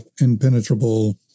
impenetrable